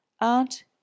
aunt